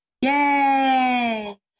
Yay